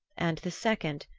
and the second,